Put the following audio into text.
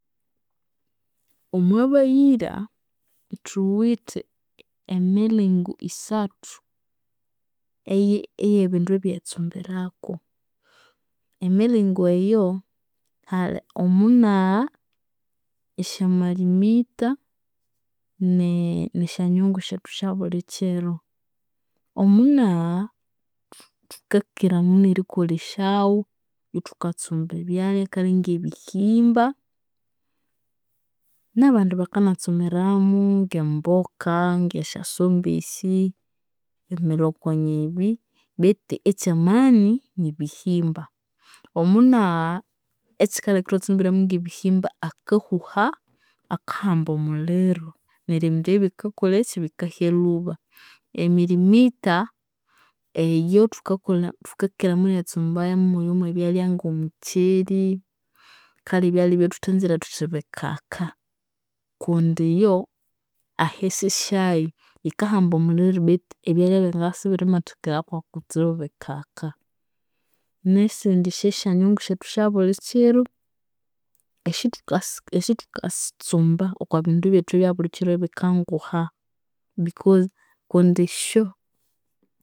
Omwabayira, thuwithe emiringo isathu eye- eyebindu ebeyeritsumbiraku. Emiringo eyu, hali omunagha, esya malimita ne- nesyanyungu shethu esyabulikyiro. Omunagha thukakyiramunu erikolesyaghu ithukatsumba ebyalya kale ngebihimba, nabandi bakanatsumbiramu ngemboka ngesyasombe esi, emilokonye eyi betu ekyamani nibihimba. Omunagha, ekyikaleka ithwatsumbiramu ngebihimba akahuha akahamba omuliro neryo ebindu bikakoleki ebyo bikahya lhuba. Emalimita, eyu thukakyiramunu eritsumbamuyo mwebyalya ngomutseli, kale ebyalya ebyathuthanzire thuthi bikaka kundi iyo ahisi syayu yikahamba oumuliro betu ebyalya sibirimathiraku kutsibu bikaka. Nesindi syesyanyungu syethu esyabulikyiro, esyuthukasi esyuthakasitsumbaku ebindu byethu ebyabulikyiro ebikanguha because, kundi isyo